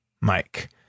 Mike